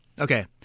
Okay